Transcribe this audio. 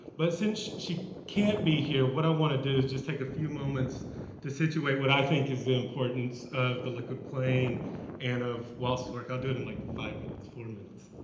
but since she can't be here, what i want to do is just take a few moments to situate what i think is the importance of the liquid plain and of wallace's work. i'll do it in like five minutes, four minutes.